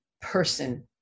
person